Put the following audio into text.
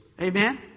Amen